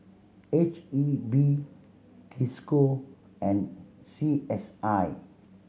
H E B Cisco and C S I